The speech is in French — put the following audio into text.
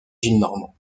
gillenormand